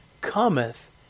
cometh